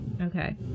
Okay